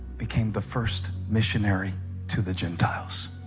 became the first missionary to the gentiles